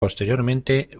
posteriormente